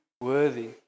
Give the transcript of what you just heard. worthy